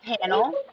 panel